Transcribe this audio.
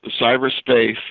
cyberspace